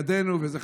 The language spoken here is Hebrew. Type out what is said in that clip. וזה חשוב.